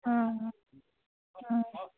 অঁ অঁ অঁ